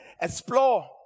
explore